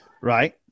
Right